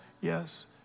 yes